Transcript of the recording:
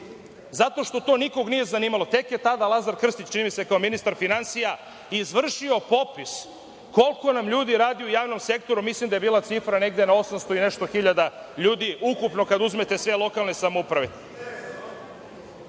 zato što to nikog nije zanimalo. Tek je tada Lazar Krstić, čini mi se, kao ministar finansija, izvršio popis koliko nam ljudi radi u javnom sektoru i mislim da je bila cifra negde oko 800 i nešto hiljada ljudi ukupno, kad uzmete sve lokalne samouprave.